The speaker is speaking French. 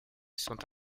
sont